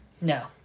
No